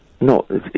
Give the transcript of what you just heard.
No